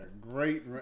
great